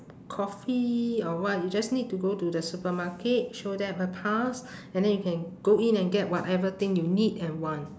coffee or what you just need to go to the supermarket show them a pass and then you can go in and get whatever thing you need and want